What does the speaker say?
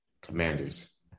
Commanders